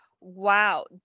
Wow